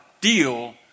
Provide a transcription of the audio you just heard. deal